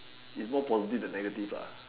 is more probably the negative